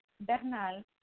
Bernal